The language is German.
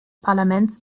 parlaments